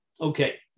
Okay